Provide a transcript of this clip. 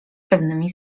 pewnymi